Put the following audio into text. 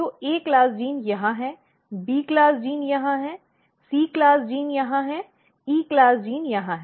तो A class gene यहाँ है बी क्लास जीन यहाँ है सी क्लास जीन यहाँ हैं ई क्लास जीन यहाँ हैं